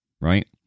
right